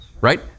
right